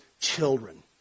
children